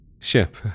Ship